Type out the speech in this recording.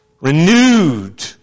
renewed